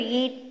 eat